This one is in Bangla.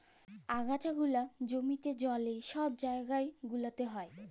আগাছা গুলা জমিতে, জলে, ছব জাইগা গুলাতে হ্যয়